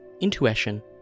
intuition